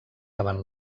davant